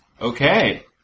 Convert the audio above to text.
Okay